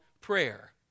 prayer